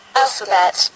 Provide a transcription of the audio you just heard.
alphabet